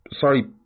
sorry